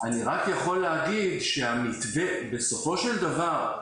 אני רק יכול להגיד שהמתווה בסופו של דבר,